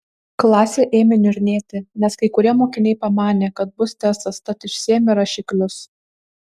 klasė ėmė niurnėti nes kai kurie mokiniai pamanė kad bus testas tad išsiėmė rašiklius